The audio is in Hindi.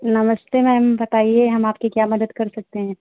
नमस्ते मैम बताइए हम आपकी क्या मदद कर सकते हैं